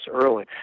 early